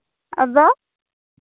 ᱟᱫᱚ